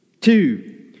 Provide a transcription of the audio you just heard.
Two